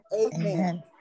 amen